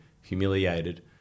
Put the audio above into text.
humiliated